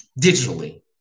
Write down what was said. digitally